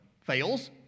fails